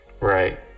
Right